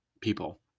people